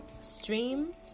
Stream